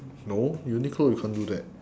no uniqlo you can't do that